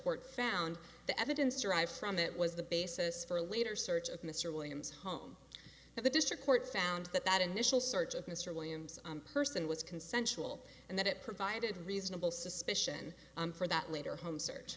court found the evidence derived from it was the basis for a later search of mr williams home and the district court found that that initial search of mr williams on person was consensual and that it provided reasonable suspicion for that later home search